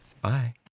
Bye